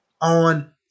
on